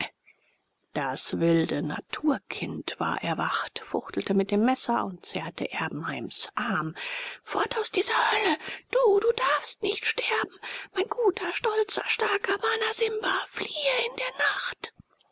das wilde naturkind war erwacht fuchtelte mit dem messer und zerrte erbenheims arm fort aus dieser hölle du du darfst nicht sterben mein guter stolzer starker bana simba fliehe in der nacht